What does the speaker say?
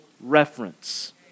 reference